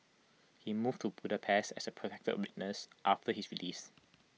he moved to Budapest as A protected witness after his release